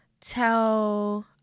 tell